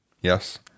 Yes